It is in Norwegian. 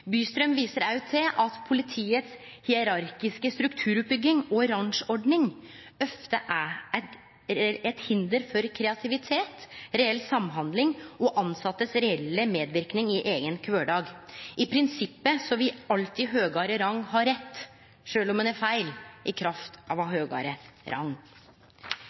Bystrøm viser òg til at politiets hierarkiske strukturoppbygging og rangordning ofte er eit hinder for kreativitet, reell samhandling og dei tilsette sin medverknad i eigen kvardag. I prinsippet vil alltid dei med høgare rang ha rett – sjølv om ein har feil – i kraft av å ha høgare